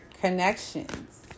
connections